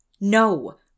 No